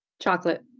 Chocolate